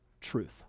truth